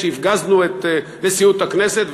הפגזנו את נשיאות הכנסת,